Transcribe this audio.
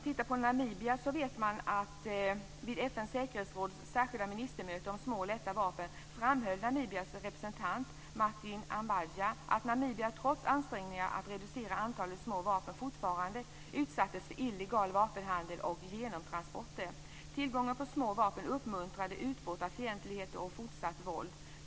Vid FN:s säkerhetsråds särskilda ministermöte om små och lätta vapen framhöll Namibias representant Martin Andjaba att Namibia, trots ansträngningar att reducera antalet små vapen, fortfarande utsätts för illegal vapenhandel och genomtransporter. Tillgången till små vapen uppmuntrar utbrott av fientligheter och fortsatt våld.